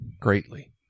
greatly